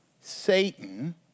Satan